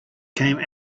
came